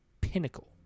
pinnacle